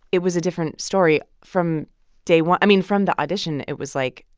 it was a different story from day one. i mean, from the audition, it was, like,